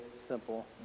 simple